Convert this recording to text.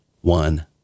one